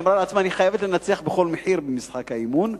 היא אמרה לעצמה: אני חייבת לנצח בכל מחיר במשחק האימון.